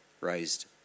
raised